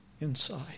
inside